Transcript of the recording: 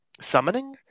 summoning